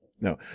No